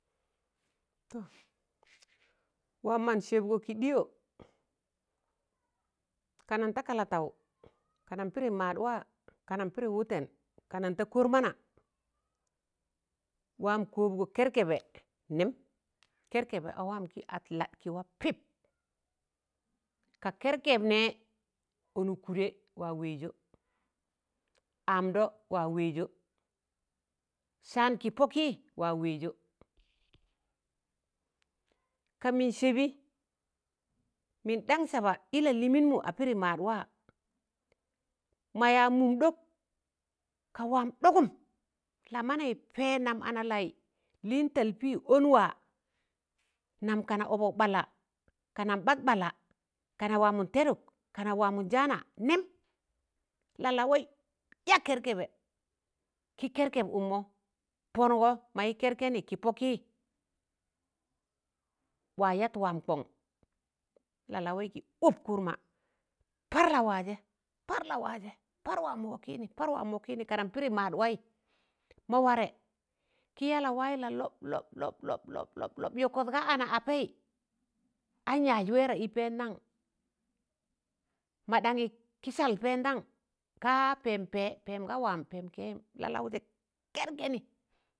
Waam man sẹbgọ kị ɗịyọ, kanantaụ Kalataụ, kanan pịdị maadwaa kanan pịdị wụtẹn, kanan ta kọrmana waam kọọbgọ kẹrkẹbẹ nẹm. Kẹrkẹbẹ a waam gị at Lad kị waa pịp, ka kẹrkẹb nẹẹ, ọnụg kụdẹ wa wẹẹzọ, amdọ wa wẹẹzọ, saan kị pọkị waa wẹẹzọ, ka mịn sẹbị, mịn ɗaṇg saba ị lalịịnmụ a pịdị maadwaa ma yaa mụụm dọk ka waam ɗọgụm lamanaị pẹẹ nam analaị lịịn talpị ọn waa, nam kana ọbọk ɓalla, kanam ɓad ɓalla, kana waamụn tẹdụk, kanụ waamụn jaana nẹm. Lalawaị ya kẹrkẹrkẹbẹ kị kẹrkẹb ụkmọ, pọngọ mayị kẹrkẹnị kị pọkị waa yat waam kọn, Lalawaị gị ụp kụrma parla waajẹ, par lawaajẹ, par waamụ wọọkịịnị, par waamọ wọkịịnị kanan pịdị ụp waị mọ warẹ kị ya la waị lọb- lọb- lọb- lọb yọkọt ga ana- apẹị an yaaz wẹẹra ị pẹndan madaṇị kị sald pẹndan, kaa pẹẹm pẹẹ pẹẹm ga waam, pẹẹm kẹị lalaụjẹ kẹrkẹnị